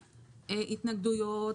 התנגדויות,